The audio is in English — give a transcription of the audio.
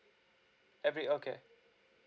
every okay